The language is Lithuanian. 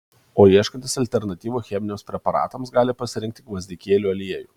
o ieškantys alternatyvų cheminiams preparatams gali pasirinkti gvazdikėlių aliejų